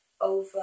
over